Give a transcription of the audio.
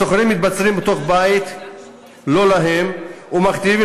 השוכרים מתבצרים בתוך בית לא להם ומכתיבים